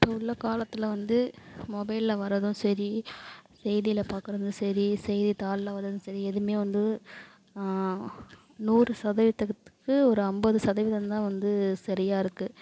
இப்போது உள்ள காலத்தில் வந்து மொபைலில் வரத்தும் சரி செய்தியில் பார்க்குறதும் சரி செய்தித்தாளில் வரத்தும் சரி எதுவுமே வந்து நூறு சதவீதத்துக்கு ஒரு ஐம்பது சதவீதம்தான் வந்து சரியாக இருக்குது